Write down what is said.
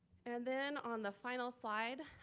and then on the final slide,